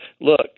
look